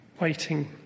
Waiting